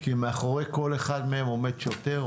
כי מאחורי כל אחד מהם עומד שוטר,